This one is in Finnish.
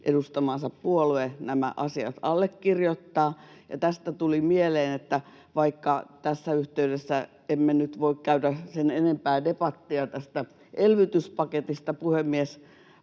edustamansa puolue nämä asiat allekirjoittaa. Tästä tuli mieleen: vaikka tässä yhteydessä emme nyt voi käydä sen enempää debattia tästä elvytyspaketista